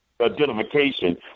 identification